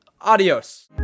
Adios